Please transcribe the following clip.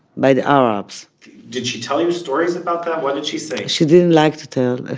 by the arabs did she tell you stories about that? what did she say? she didn't like to tell.